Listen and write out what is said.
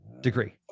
degree